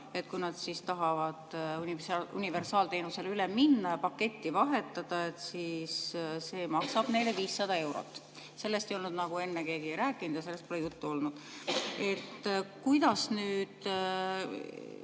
et kui nad tahavad universaalteenusele üle minna ja paketti vahetada, siis see maksab neile 500 eurot. Sellest ei olnud enne keegi rääkinud ja sellest pole juttu olnud. Kuidas nüüd